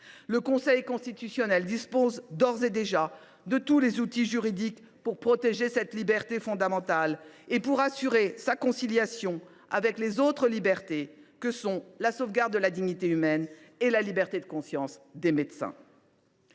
Le Conseil constitutionnel dispose d’ores et déjà de tous les outils juridiques pour protéger cette liberté fondamentale et assurer sa conciliation avec les autres libertés que sont la sauvegarde de la dignité humaine et la liberté de conscience des médecins.